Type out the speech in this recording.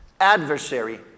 Adversary